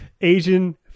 Asian